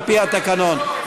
על-פי התקנון.